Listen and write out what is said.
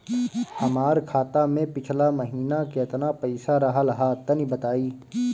हमार खाता मे पिछला महीना केतना पईसा रहल ह तनि बताईं?